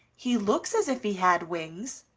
he looks as if he had wings,